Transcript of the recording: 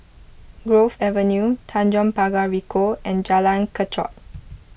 Grove Avenue Tanjong Pagar Ricoh and Jalan Kechot